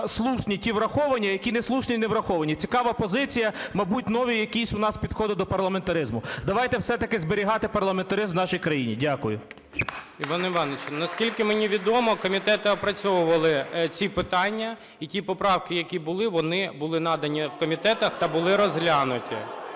слушні – ті враховані, які не слушні – не враховані. Цікава позиція, мабуть, нові якісь у нас підходи до парламентаризму. Давайте, все-таки, зберігати парламентаризм у нашій країні. Дякую. ГОЛОВУЮЧИЙ. Іван Іванович, наскільки мені відомо, комітети опрацьовували ці питання, і ті поправки, які були, вони були надані в комітетах та були розглянуті.